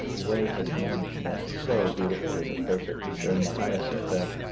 wei has managed that so beautifully as a person. he's earned my highest respect